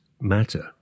Matter